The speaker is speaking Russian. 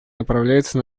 направляется